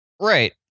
Right